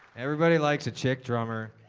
everybody likes a chick drummer.